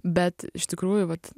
bet iš tikrųjų vat